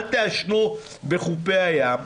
אל תעשנו בחופי הים,